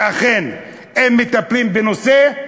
שאכן אם מטפלים בנושא,